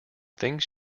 things